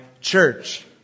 church